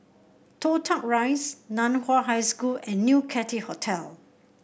Toh Tuck Rise Nan Hua High School and New Cathay Hotel